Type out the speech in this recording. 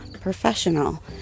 professional